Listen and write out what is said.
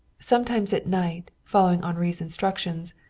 sometimes at night, following henri's instructions,